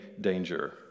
danger